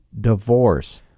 divorce